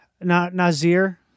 Nazir